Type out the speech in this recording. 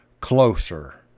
closer